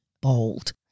bold